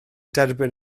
derbyn